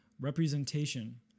representation